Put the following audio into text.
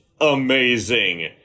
amazing